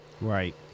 Right